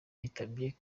yitabye